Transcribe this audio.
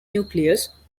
nucleus